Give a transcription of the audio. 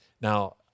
Now